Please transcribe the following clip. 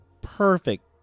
perfect